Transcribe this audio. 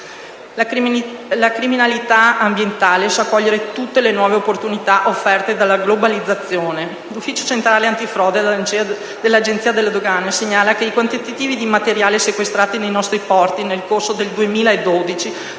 La criminalità ambientale sa cogliere tutte le nuove opportunità offerte dalla globalizzazione: l'Ufficio centrale antifrode dell'Agenzia delle dogane segnala che i quantitativi di materiali sequestrati nei nostri porti nel corso del 2012